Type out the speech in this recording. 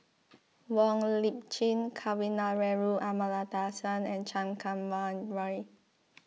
Wong Lip Chin Kavignareru Amallathasan and Chan Kum Wah Roy